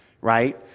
right